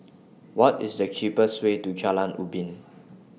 What IS The cheapest Way to Jalan Ubin